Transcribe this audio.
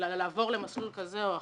לעבור למסלול כזה או אחר.